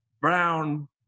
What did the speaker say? brown